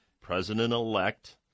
president-elect